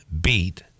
beat